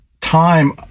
time